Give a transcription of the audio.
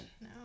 No